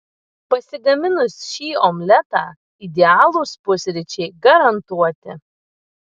pasigaminus šį omletą idealūs pusryčiai garantuoti